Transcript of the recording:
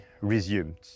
resumed